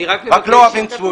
רק לא אוהבים צבועים.